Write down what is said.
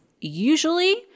usually